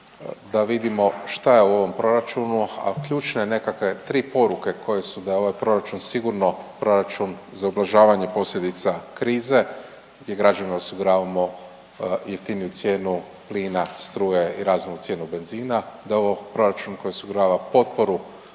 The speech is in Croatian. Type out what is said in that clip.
da vidimo šta je u ovom proračunu, a ključne nekakve tri poruke koje su da je ovaj proračun sigurno proračun za ublažavanje posljedica krize gdje građanima osiguravamo jeftiniju cijenu plina, struje i razumnu cijenu benzina, da je ovo proračun koji osigurava potporu